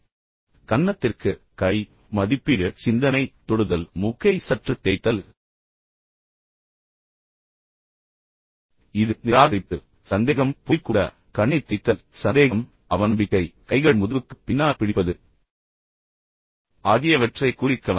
கன்னத்திற்கு கை எனவே கன்னத்திற்கு கை மதிப்பீடு சிந்தனை தொடுதல் மூக்கை சற்று தேய்த்தல் இது நிராகரிப்பு சந்தேகம் பொய் கூட கண்ணைத் தேய்த்தல் மீண்டும் சந்தேகம் அவநம்பிக்கை கைகள் முதுகுக்குப் பின்னால் பிடிப்பது ஆகியவற்றைக் குறிக்கலாம்